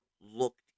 looked